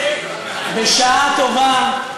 בשעה טובה,